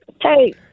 Hey